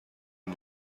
این